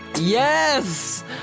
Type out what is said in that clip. Yes